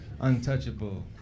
untouchable